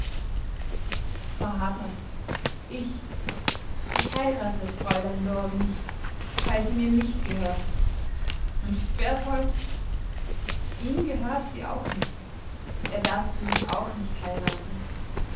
frau hartmann ich ich heirate fräulein lore nicht weil sie mir nicht gehört und berthold ihm gehört sie auch nicht er darf sie auch nicht heiraten